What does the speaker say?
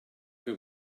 che